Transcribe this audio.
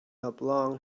oblong